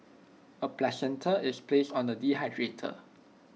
A placenta is placed on A dehydrator